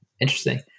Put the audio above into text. Interesting